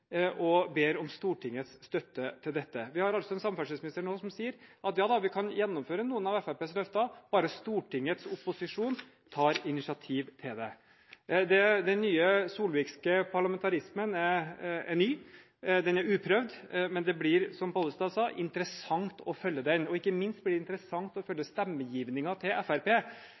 og ber om Stortingets støtte til dette. Vi har altså en samferdselsminister nå som sier at ja da, vi kan gjennomføre noen av Fremskrittspartiets løfter, bare Stortingets opposisjon tar initiativ til det. Den nye solvikske parlamentarismen er ny, den er uprøvd, men det blir, som Pollestad sa, interessant å følge den. Ikke minst blir det interessant å følge stemmegivningen til